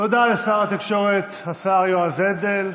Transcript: תודה לשר התקשורת, השר יועז הנדל.